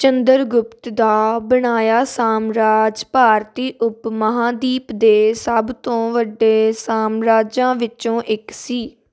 ਚੰਦਰਗੁਪਤ ਦਾ ਬਣਾਇਆ ਸਾਮਰਾਜ ਭਾਰਤੀ ਉਪ ਮਹਾਂਦੀਪ ਦੇ ਸਭ ਤੋਂ ਵੱਡੇ ਸਾਮਰਾਜਾਂ ਵਿੱਚੋਂ ਇੱਕ ਸੀ